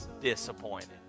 disappointed